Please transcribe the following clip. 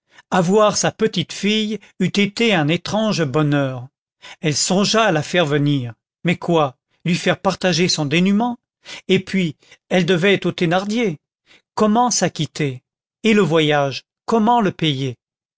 avoir sa petite fille eût été un étrange bonheur elle songea à la faire venir mais quoi lui faire partager son dénûment et puis elle devait aux thénardier comment s'acquitter et le voyage comment le payer